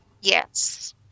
Yes